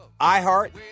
iHeart